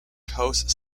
coast